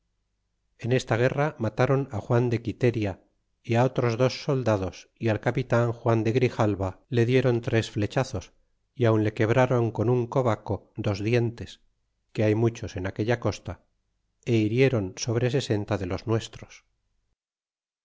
en esta guerra matéron juan de quiteria y otros dos soldados y al capitan juan de grijalva le dieron tres flechazos y aun le quebraron con un cobaco dos dientes que hay muchos en aquella costa é hiriéron sobre sesenta de los nuestros